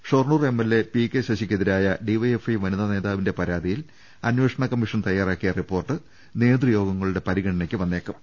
Shoranur MLA P K Sasi ക്കെതിരായ DYFI വനിതാ നേതാവിന്റെ പരാതിയിൽ അന്വേഷണ കമ്മീഷൻ തയ്യാറാക്കിയ റിപ്പോർട്ട് നേതൃയോഗങ്ങ ളുടെ പരിഗണനയ്ക്ക് വന്നേക്കും